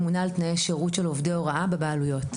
ממונה על תנאי שירות של עובדי הוראה בבעלויות.